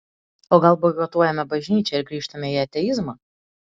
o gal boikotuojame bažnyčią ir grįžtame į ateizmą